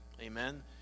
Amen